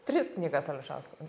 tris knygas ališausko